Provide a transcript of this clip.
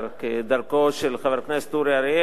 כדרכו של חבר הכנסת אורי אריאל.